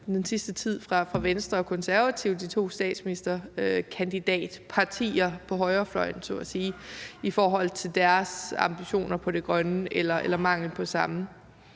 den sidste tid fra Venstre og Konservative, de to statsministerkandidatpartier på højrefløjen så at sige, i forhold til deres ambitioner i forhold til det grønne eller mangel på samme.